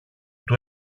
του